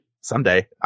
someday